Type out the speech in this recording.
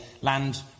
land